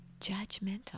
judgmental